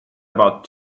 about